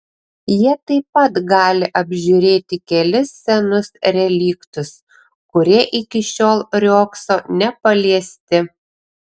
jie taip pat gali apžiūrėti kelis senus reliktus kurie iki šiol riogso nepaliesti